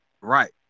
Right